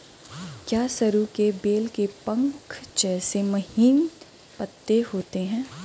क्या सरु के बेल के पंख जैसे महीन पत्ते होते हैं?